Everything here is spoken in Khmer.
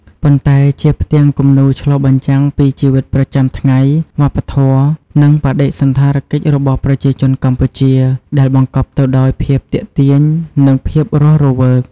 ប៉ុន្តែជាផ្ទាំងគំនូរឆ្លុះបញ្ចាំងពីជីវិតប្រចាំថ្ងៃ វប្បធម៌ និងបដិសណ្ឋារកិច្ចរបស់ប្រជាជនកម្ពុជា ដែលបង្កប់ទៅដោយភាពទាក់ទាញ និងភាពរស់រវើក។